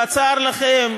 בצר לכם,